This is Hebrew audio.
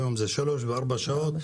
היום זה שלוש וארבע שעות.